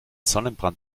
sonnenbrand